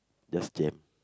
just jam